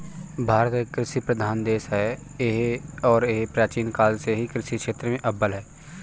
भारत एक कृषि प्रधान देश है और यह प्राचीन काल से ही कृषि क्षेत्र में अव्वल है